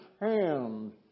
hand